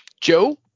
Joe